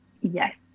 Yes